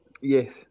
Yes